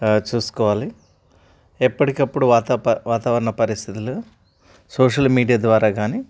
చూసుకోవాలి ఎప్పటికప్పుడు వాతా ప వాతావరణ పరిస్థితులు సోషల్ మీడియా ద్వారా కానీ